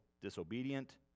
disobedient